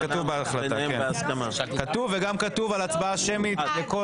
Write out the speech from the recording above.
אי-אפשר הקדמה ועכשיו להגיד: עכשיו אני אומר.